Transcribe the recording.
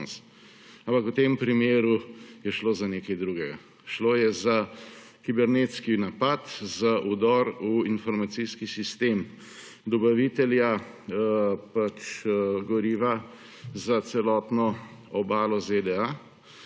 v tem primeru je šlo za nekaj drugega. Šlo je za kibernetski napad, za vdor v informacijski sistem dobavitelja pač goriva za celotno obalo ZDA.